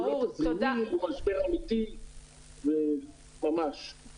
הוא משבר אמתי ממש ולא תזרימי.